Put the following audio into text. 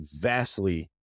vastly